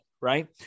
right